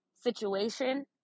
situation